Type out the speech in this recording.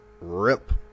rip